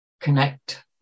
connect